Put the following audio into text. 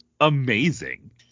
amazing